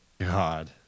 god